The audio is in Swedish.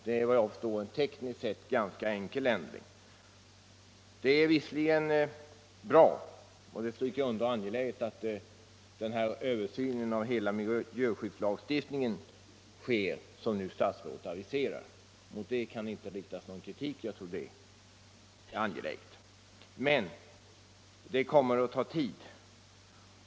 Den är vad jag förstår tekniskt sett ganska enkel. Den översyn av hela miljöskyddslagstiftningen som statsrådet nu aviserar kan det inte riktas någon kritik mot. Jag tror att den är angelägen. Men den kommer att ta tid.